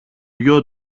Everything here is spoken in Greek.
γιο